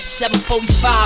745